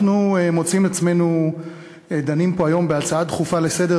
אנחנו מוצאים עצמנו דנים פה היום בהצעה דחופה לסדר